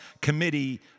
committee